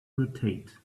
rotate